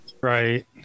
right